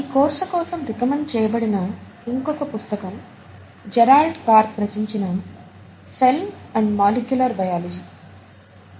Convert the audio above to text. ఈ కోర్స్ కోసం రికమండ్ చేయబడిన ఇంకొక పుస్తకం జెరాల్డ్ కార్ప్ రచించిన cell and molecular biology "Cell and Molecular Biology"